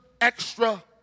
extra